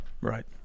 right